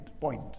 point